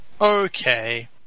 Okay